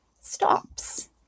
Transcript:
stops